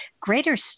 greater